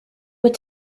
what